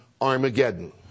Armageddon